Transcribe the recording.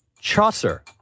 Chaucer